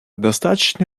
достаточно